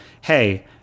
Hey